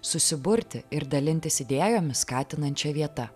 susiburti ir dalintis idėjomis skatinančia vieta